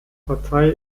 partei